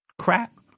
crap